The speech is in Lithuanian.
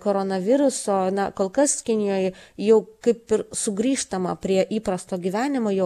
koronaviruso na kol kas kinijoj jau kaip ir sugrįžtama prie įprasto gyvenimo jau